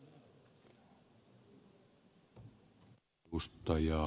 arvoisa puhemies